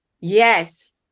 yes